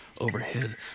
Overhead